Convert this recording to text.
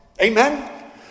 Amen